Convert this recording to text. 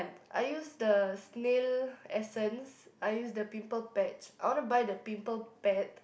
I use the snail essence I use the pimple patch I want to buy the pimple pad